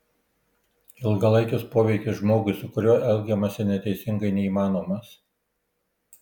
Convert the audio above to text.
ilgalaikis poveikis žmogui su kuriuo elgiamasi neteisingai neįmanomas